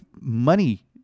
money